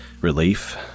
relief